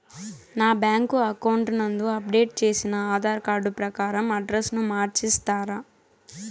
నా bank account నందు update చేసిన ఆధార్ కార్డు ప్రకారం అడ్రస్ ను మార్చిస్తారా?